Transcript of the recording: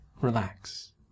relax